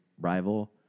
rival